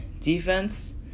defense